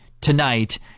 tonight